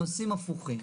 נושאים הפוכים,